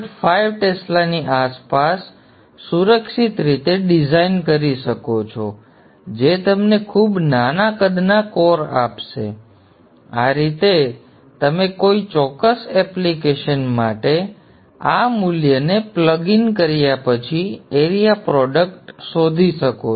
5 ટેસ્લાની આસપાસ સુરક્ષિત રીતે ડિઝાઇન કરી શકો છો જે તમને ખૂબ નાના કદના કોર આપશે આ રીતે તમે કોઈ ચોક્કસ એપ્લિકેશન માટે આ મૂલ્યને પ્લગ ઇન કર્યા પછી એરિયા પ્રોડક્ટ શોધી શકો છો